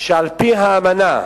שעל-פי האמנה,